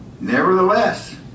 Nevertheless